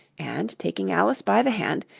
and, taking alice by the hand,